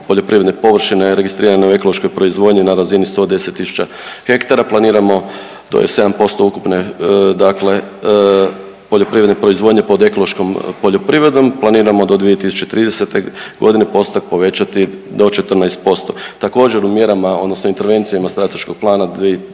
poljoprivredne površine registrirane u ekološkoj proizvodnji na razini 110 000 ha. Planiramo, to je 7% ukupne, dakle poljoprivredne proizvodnje pod ekološkom poljoprivredom. Planiramo do 2030. godine postotak povećati do 14%. Također u mjerama, odnosno intervencijama strateškog plana 2023.,